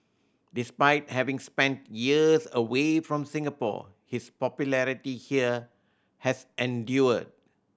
despite having spent years away from Singapore his popularity here has endured